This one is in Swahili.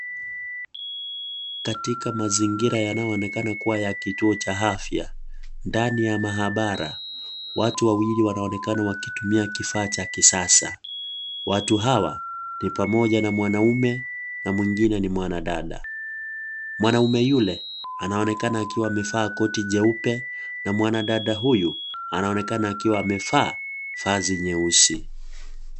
Katika mazingira yanayoonekana kuwa ya kituo cha afya, ndani ya maabara, watu wawili wanaonekana wakitumia kifaa cha kisasa. Watu hawa ni pamoja na mwanaume na mwingine ni mwanadada. Mwanaume yule anaonekana akiwa mevaa koti jeupe, na mwanadada huyu anaonekana akiwa mevaa vazi nyeusi.